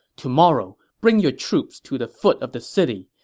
tomorrow, bring your troops to the foot of the city.